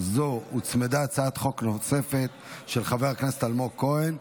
זו הוצמדה הצעת חוק של חבר הכנסת אלמוג כהן.